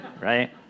right